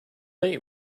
right